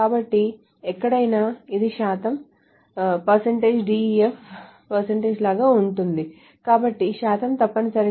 కాబట్టి ఎక్కడైనా ఇది శాతం DEF లాగా ఉంటుంది కాబట్టి శాతం తప్పనిసరిగా సబ్స్ట్రింగ్